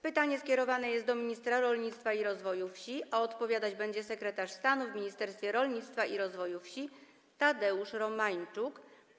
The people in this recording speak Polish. Pytanie skierowane jest do ministra rolnictwa i rozwoju wsi, a odpowiadać będzie sekretarz stanu w Ministerstwie Rolnictwa i Rozwoju Wsi Tadeusz Romańczuk.